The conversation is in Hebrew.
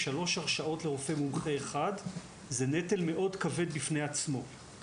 שלוש הרשאות לרופא מומחה אחד זה נטל כבד מאוד בפני עצמו.